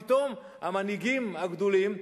פתאום המנהיגים הגדולים,